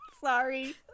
sorry